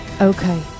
Okay